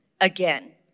again